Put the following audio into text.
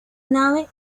nave